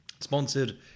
Sponsored